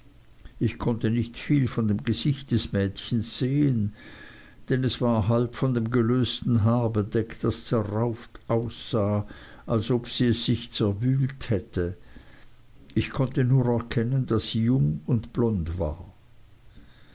ich konnte nicht viel von dem gesicht des mädchens sehen denn es war halb von dem gelösten haar bedeckt das zerrauft aussah als ob sie es sich zerwühlt hätte ich konnte nur erkennen daß sie jung und blond war